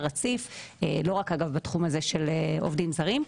רציף לא רק בתחום הזה של עובדים זרים,